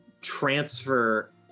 transfer